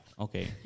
Okay